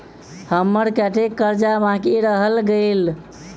हम्मर कत्तेक कर्जा बाकी रहल गेलइ?